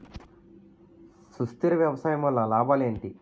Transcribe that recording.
సుస్థిర వ్యవసాయం వల్ల లాభాలు ఏంటి?